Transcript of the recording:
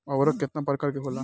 उर्वरक केतना प्रकार के होला?